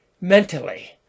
mentally